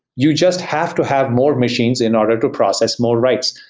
you just have to have more machines in order to process more writes.